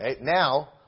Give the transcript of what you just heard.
Now